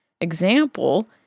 example